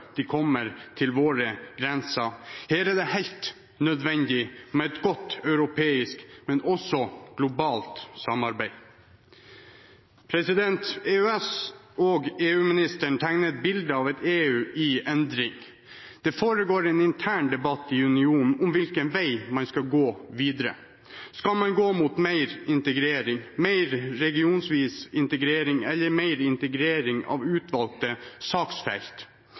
de kommer til våre grenser. Her er det helt nødvendig med et godt europeisk – men også globalt – samarbeid. EØS- og EU-ministeren tegnet et bilde av et EU i endring. Det foregår en intern debatt i unionen om hvilken vei man skal gå videre. Skal man gå mot mer integrering, mer regionvis integrering eller mer integrering av utvalgte saksfelt?